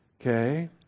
Okay